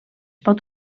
pot